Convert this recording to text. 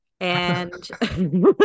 and-